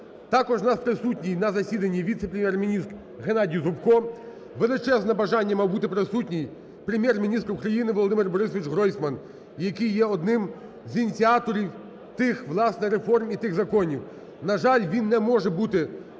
Також в нас присутній на засіданні віце-прем'єр-міністр Геннадій Зубко. Величезне бажання мав бути присутній Прем'єр-міністр України Володимир Борисович Гройсман, який є одним з ініціаторів тих власне реформ і тих законів. На жаль, він не може бути